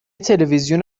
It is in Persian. تلوزیون